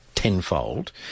tenfold